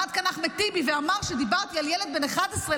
עמד כאן אחמד טיבי ואמר שדיברתי על ילד בן 11,